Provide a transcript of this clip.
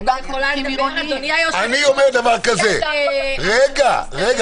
אני אומר דבר כזה --------- לא.